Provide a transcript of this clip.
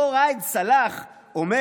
אותו ראאד סלאח אומר: